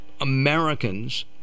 Americans